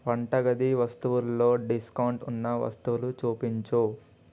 వంటగది వస్తువుల్లో డిస్కౌంట్ ఉన్న వస్తువులు చూపించు